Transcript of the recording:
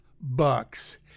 bucks